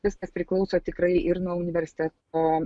viskas priklauso tikrai ir nuo universite o